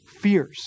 fears